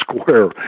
Square